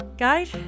Guide